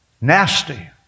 Nasty